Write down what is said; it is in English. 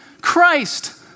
Christ